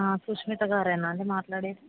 సుష్మిత గారేనా అండి మాట్లాడేది